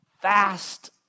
fast